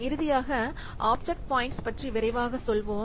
இறுதியாக object points பற்றி விரைவாகச் சொல்வோம்